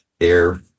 air